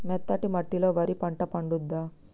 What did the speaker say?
మెత్తటి మట్టిలో వరి పంట పండుద్దా?